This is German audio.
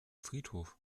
friedhof